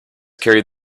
carried